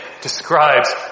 describes